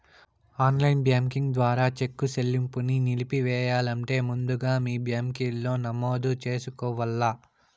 online banking ద్వారా చెక్కు సెల్లింపుని నిలిపెయ్యాలంటే ముందుగా మీ బ్యాంకిలో నమోదు చేసుకోవల్ల